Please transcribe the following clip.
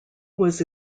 was